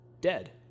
dead